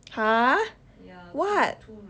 !huh! what